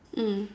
mm